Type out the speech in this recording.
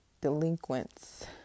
Delinquents